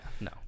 No